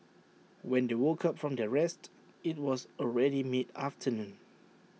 when they woke up from their rest IT was already mid afternoon